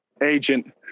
agent